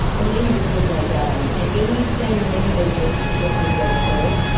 and maybe this was like um an eighty s thing or maybe they, just. this was their choice.